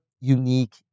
unique